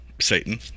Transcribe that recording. Satan